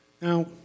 Now